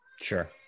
Sure